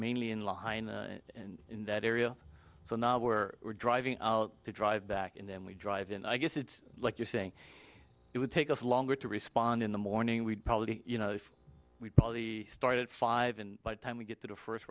mainly in line and in that area so now we're we're driving to drive back and then we drive in i guess it's like you're saying it would take us longer to respond in the morning we probably you know if we probably started five in by time we get to the first